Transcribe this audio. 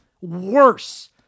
worse